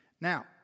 Now